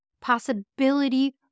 possibility